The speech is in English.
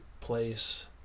place